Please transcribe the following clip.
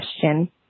question